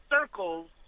circles